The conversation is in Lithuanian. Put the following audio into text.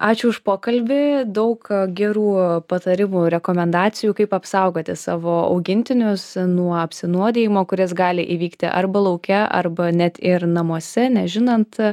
ačiū už pokalbį daug gerų patarimų rekomendacijų kaip apsaugoti savo augintinius nuo apsinuodijimo kuris gali įvykti arba lauke arba net ir namuose nežinant